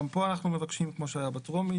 גם פה אנחנו מבקשים, כמו שהיה בטרומית,